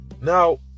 Now